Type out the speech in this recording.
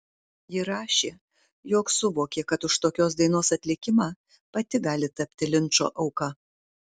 ji rašė jog suvokė kad už tokios dainos atlikimą pati gali tapti linčo auka